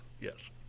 Yes